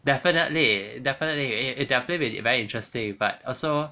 definitely definitely it definitely will be very interesting but also